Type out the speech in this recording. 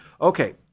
Okay